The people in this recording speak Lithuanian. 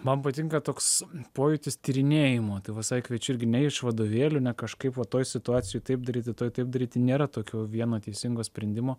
man patinka toks pojūtis tyrinėjimo tai visai kviečiu irgi ne iš vadovėlių ne kažkaip va toj situacijoj taip daryti toj taip daryti nėra tokio vieno teisingo sprendimo